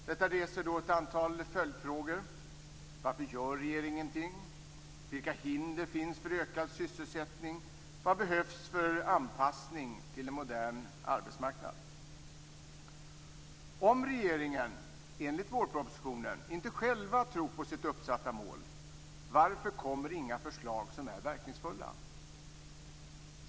Detta reser ett antal följdfrågor: Varför gör regeringen ingenting? Vilka hinder finns det för ökad sysselsättning? Vad behövs för anpassning till en modern arbetsmarknad? Om regeringen, enligt vårpropositionen, inte själv tror på sitt uppsatta mål, varför kommer då inga förslag som är verkningsfulla?